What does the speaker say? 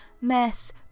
mess